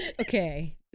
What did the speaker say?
okay